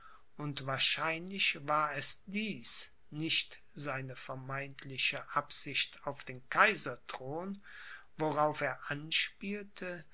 und wahrscheinlich war es dies nicht seine vermeintliche absicht auf den kaiserthron worauf er anspielte